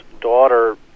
daughter